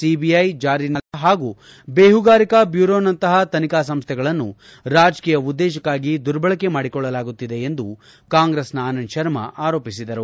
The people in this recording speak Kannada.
ಸಿಬಿಐ ಜಾರಿ ನಿರ್ದೇಶನಾಲಯ ಹಾಗೂ ಬೇಹುಗಾರಿಕಾ ಬ್ಲೂರೋನಂತಹ ತನಿಖಾ ಸಂಸ್ಥೆಗಳನ್ನು ರಾಜಕೀಯ ಉದ್ದೇಶಕ್ಷಾಗಿ ದುರ್ಬಳಕೆ ಮಾಡಿಕೊಳ್ಳಲಾಗುತ್ತಿದೆ ಎಂದು ಕಾಂಗ್ರೆಸ್ನ ಆನಂದ್ಶರ್ಮ ಆರೋಪಿಸಿದರು